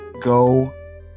Go